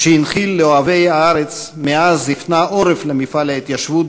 שהנחיל לאוהבי הארץ מאז הפנה עורף למפעל ההתיישבות